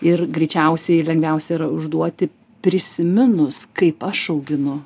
ir greičiausia ir lengviausia yra užduoti prisiminus kaip aš auginu